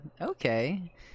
okay